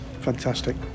Fantastic